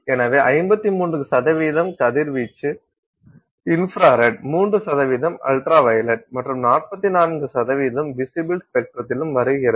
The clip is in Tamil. எனவே 53 கதிர்வீச்சு இன்ப்ராரெட் 3 அல்ட்ரா வயலட் மற்றும் 44 விசிபில் ஸ்பெக்ட்ரத்திலும் வருகிறது